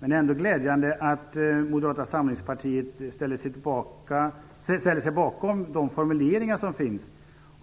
Det är ändå glädjande att Moderata samlingspartiet ställer sig bakom de formuleringar som finns.